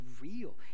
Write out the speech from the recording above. real